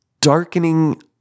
darkening